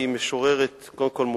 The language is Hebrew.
היא קודם כול משוררת מוערכת,